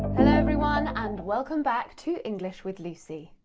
hello, everyone, and welcome back to english with lucy.